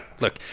look